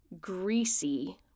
greasy